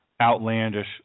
outlandish